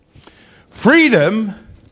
Freedom